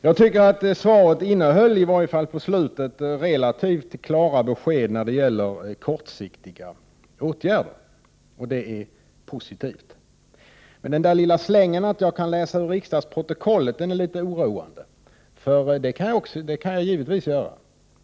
Jag tycker att svaret innehöll, i varje fall på slutet, relativt klara besked när det gäller kortsiktiga åtgärder, och det är positivt. Men den där lilla slängen att jag kan läsa ur riksdagsprotokollet är litet oroande. Det kan jag givetvis göra.